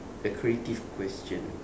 a creative question